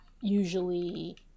usually